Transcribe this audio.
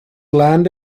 land